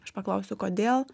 aš paklausiu kodėl